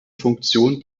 funktion